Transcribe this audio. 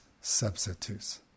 substitutes